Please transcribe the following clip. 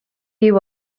you